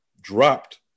dropped